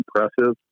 impressive